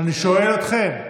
אני שואל אתכם,